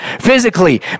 physically